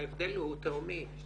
ההבדל הוא תהומי.